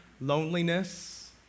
loneliness